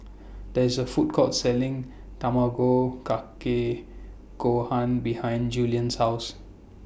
There IS A Food Court Selling Tamago Kake Gohan behind Julian's House